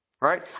Right